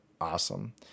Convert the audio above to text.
awesome